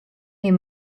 est